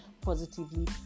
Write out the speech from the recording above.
positively